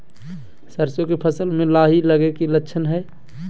सरसों के फसल में लाही लगे कि लक्षण हय?